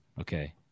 Okay